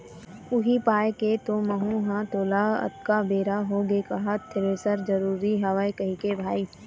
उही पाय के तो महूँ ह तोला अतका बेर होगे कहत थेरेसर जरुरी हवय कहिके भाई